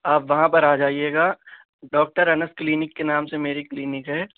آپ وہاں پر آجائیے گا ڈاکٹر انس کلینک کے نام سے میری کلینک ہے